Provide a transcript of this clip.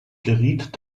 geriet